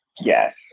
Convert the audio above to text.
Yes